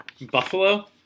Buffalo